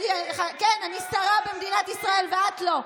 כן, אני שרה במדינת ישראל ואת לא.